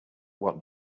what